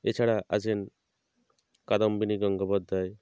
এছাড়া আছেন কাদম্বিনী গঙ্গোপাধ্যায়